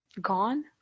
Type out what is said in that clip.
Gone